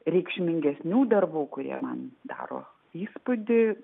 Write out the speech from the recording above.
reikšmingesnių darbų kurie man daro įspūdį